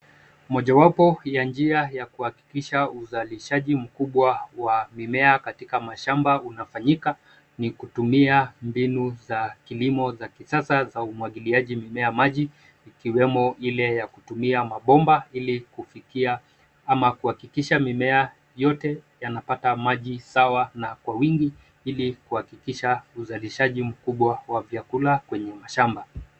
Mojawapo ya njia ya kuhakikisha uzalishaji mkubwa wa mimea katika mashamba unafanyika, ni kutumia mbinu za kilimo za kisasa za umwagiliaji mimea maji, ikiwemo ile ya kutumia mabomba ili kufikia ama kuhakikisha mimea yote yanapata maji sawa na kwa wingi ili kuhakikisha uzalishaji mkubwa wa vyakula kwenye mashamba.